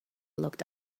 looked